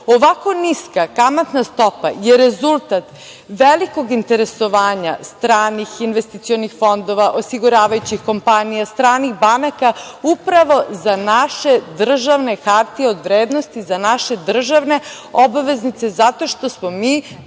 Ovako niska kamatna stopa je rezultat velikog interesovanja stranih investicionih fondova, osiguravajućih kompanija, stranih banaka upravo za naše državne hartije od vrednosti, za naše državne obveznice, zato što smo mi